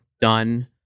done